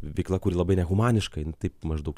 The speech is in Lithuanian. veikla kuri labai nehumaniška jinai taip maždaug